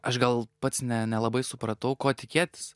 aš gal pats ne nelabai supratau ko tikėtis